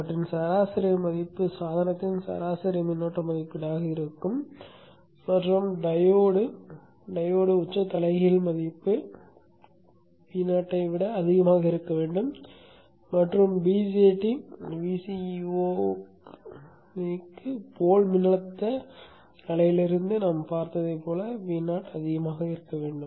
அவற்றின் சராசரி மதிப்பு சாதனத்தின் சராசரி மின்னோட்ட மதிப்பீடாக இருக்கும் மற்றும் டையோடு டையோடு உச்ச தலைகீழ் மதிப்பீடு Vo ஐ விட அதிகமாக இருக்க வேண்டும் மற்றும் BJT VCEO க்கு போல் மின்னழுத்த அலையில் இருந்து நாம் பார்த்தது போல் Vo விட அதிகமாக இருக்க வேண்டும்